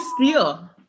steal